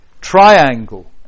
triangle